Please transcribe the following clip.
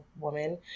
woman